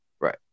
right